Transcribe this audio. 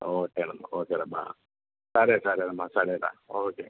ఓకేనమ్మా ఓకేనమ్మా సరే సరేనమ్మా సరేరా ఓకే